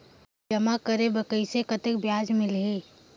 जमा करे बर कइसे कतेक ब्याज मिलही?